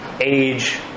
age